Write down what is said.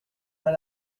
pas